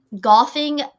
golfing